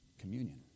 Communion